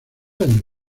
años